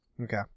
Okay